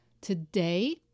Today